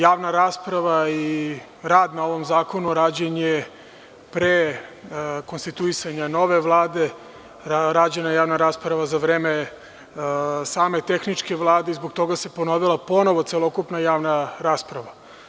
Javna rasprava i rad na ovom zakonu rađen je pre konstituisanja nove Vlade, rađena je javna rasprava za vreme same tehničke Vlade i zbog toga se ponovila ponovo celokupna javna rasprava.